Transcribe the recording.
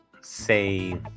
say